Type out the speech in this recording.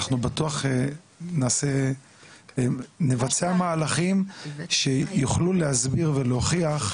אנחנו בטוח נבצע מהלכים שיוכלו להסביר ולהוכיח,